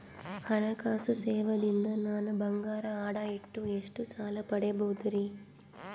ಹಣಕಾಸು ಸೇವಾ ದಿಂದ ನನ್ ಬಂಗಾರ ಅಡಾ ಇಟ್ಟು ಎಷ್ಟ ಸಾಲ ಪಡಿಬೋದರಿ?